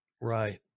Right